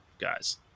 guys